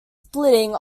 splitting